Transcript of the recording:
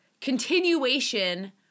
continuation